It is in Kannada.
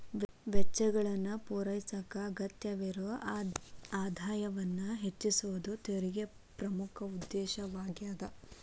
ವೆಚ್ಚಗಳನ್ನ ಪೂರೈಸಕ ಅಗತ್ಯವಿರೊ ಆದಾಯವನ್ನ ಹೆಚ್ಚಿಸೋದ ತೆರಿಗೆ ಪ್ರಮುಖ ಉದ್ದೇಶವಾಗ್ಯಾದ